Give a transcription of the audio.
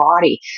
body